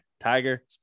Tiger